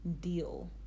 deal